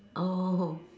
oh